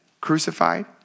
crucified